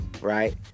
right